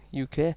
UK